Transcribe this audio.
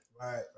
Right